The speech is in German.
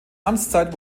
amtszeit